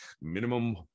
minimum